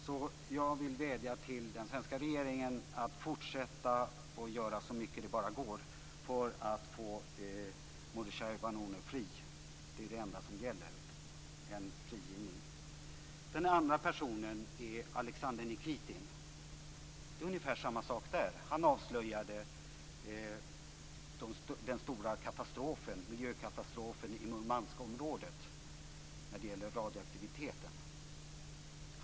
Så jag vill vädja till den svenska regeringen att fortsätta att göra så mycket det bara går för att få Mordechai Vanunu fri. Det är det enda som gäller: en frigivning. Den andra personen är Alexander Nikitin. Det är ungefär samma sak där. Han avslöjade den stora miljökatastrofen i Murmanskområdet när det gäller radioaktiviteten.